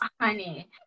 honey